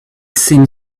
seemed